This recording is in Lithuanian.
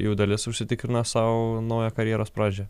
jų dalis užsitikrina sau naują karjeros pradžia